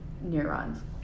neurons